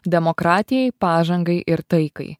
demokratijai pažangai ir taikai